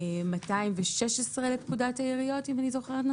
לכן אנחנו מחריגים את זה ושם האירועים האלה יישארו